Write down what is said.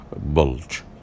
bulge